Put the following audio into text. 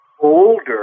older